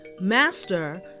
master